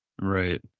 right